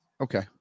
Okay